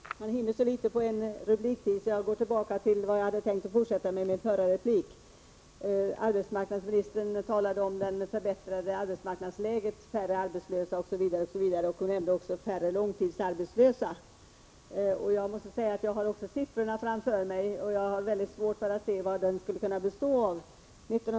Fru talman! Man hinner så litet på den tid man har till förfogande för en replik, och jag vill därför fortsätta det resonemang jag förde i min tidigare replik. Arbetsmarknadsministern talade om det förbättrade arbetsmarknadsläget — färre arbetslösa osv. — och nämnde också att det var färre långtidsarbetslösa. Jag har siffrorna framför mig, och jag har mycket svårt för att se vad förbättringen skulle kunna bestå av.